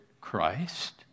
Christ